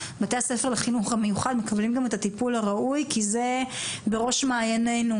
בתי הספר לחינוך המיוחד מקבלים גם את הטיפול הראוי כי זה בראש מעייננו,